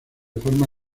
forma